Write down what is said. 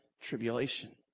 tribulation